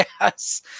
Yes